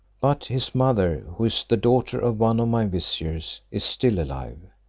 but his mother, who is the daughter of one of my viziers, is still alive.